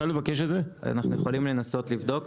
אנחנו יכולים לנסות לבדוק,